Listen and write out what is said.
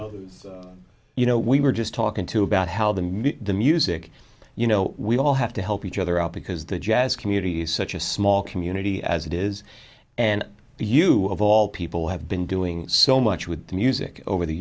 like you know we were just talking to about how the music you know we all have to help each other out because the jazz community is such a small community as it is and you of all people have been doing so much with the music over the